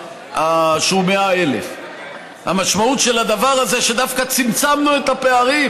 שהוא 100,000. המשמעות של הדבר הזה היא שדווקא צמצמנו את הפערים,